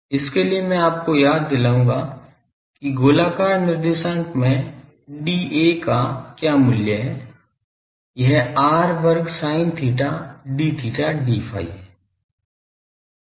उसके लिए मैं आपको याद दिलाऊंगा कि गोलाकार निर्देशांक में dA का क्या मूल्य है यह r वर्ग sin theta d theta d phi है